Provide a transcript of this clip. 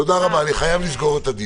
תודה רבה לכולם, הישיבה נעולה.